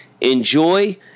Enjoy